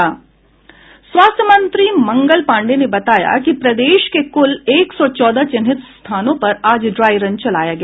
स्वास्थ्य मंत्री मंगल पांडेय ने बताया कि प्रदेश के कुल एक सौ चौदह चिह्नित स्थानों पर आज ड्राइ रन चलाया गया